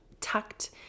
tucked